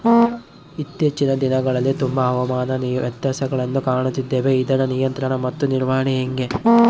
ಇತ್ತೇಚಿನ ದಿನಗಳಲ್ಲಿ ತುಂಬಾ ಹವಾಮಾನ ವ್ಯತ್ಯಾಸಗಳನ್ನು ಕಾಣುತ್ತಿದ್ದೇವೆ ಇದರ ನಿಯಂತ್ರಣ ಮತ್ತು ನಿರ್ವಹಣೆ ಹೆಂಗೆ?